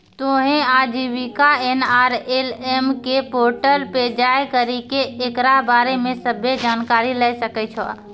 तोहें आजीविका एन.आर.एल.एम के पोर्टल पे जाय करि के एकरा बारे मे सभ्भे जानकारी लै सकै छो